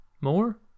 More